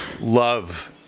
love